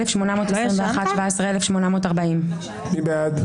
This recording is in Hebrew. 17,461 עד 17,480. מי בעד?